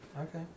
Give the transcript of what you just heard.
Okay